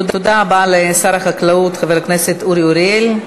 תודה רבה לשר החקלאות חבר הכנסת אורי אריאל.